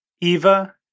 Eva